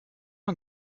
man